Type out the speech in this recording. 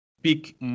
pick